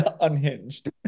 Unhinged